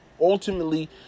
Ultimately